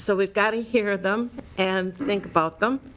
so have got to hear them and think about them